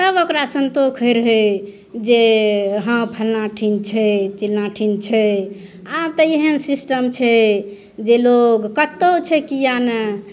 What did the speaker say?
तब ओकरा सन्तोष होइ रहय जे हँ फलना ठिन छै चिलना ठिन छै आब तऽ एहन सिस्टम छै जे लोग कतहु छै किआ नहि